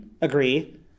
agree